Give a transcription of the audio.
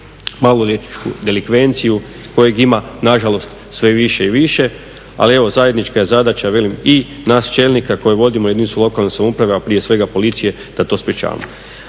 maloljetničku delikvenciju koje ima nažalost sve više i više, ali zajednička je zadaća velim i nas čelnika koji vodimo jedinice lokalne samouprave, a prije svega policije da to sprečavamo.